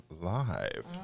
live